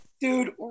Dude